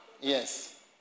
Yes